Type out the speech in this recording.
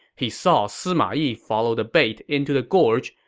he saw sima yi follow the bait into the gorge,